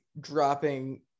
dropping –